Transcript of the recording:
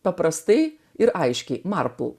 paprastai ir aiškiai marpl